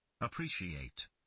Appreciate